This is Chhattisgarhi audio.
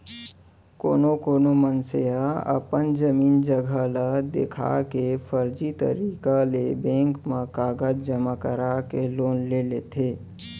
कोनो कोना मनसे ह अपन जमीन जघा ल देखा के फरजी तरीका ले बेंक म कागज जमा करके लोन ले लेथे